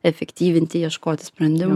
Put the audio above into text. efektyvinti ieškoti sprendimų